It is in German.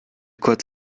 kurz